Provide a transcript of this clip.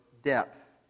depth